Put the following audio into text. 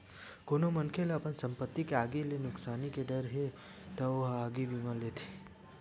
कोनो मनखे ल अपन संपत्ति के आगी ले नुकसानी के डर हे त ओ ह आगी बीमा लेथे